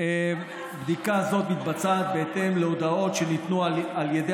בדיקה זו מתבצעת בהתאם להודעות שניתנו על ידי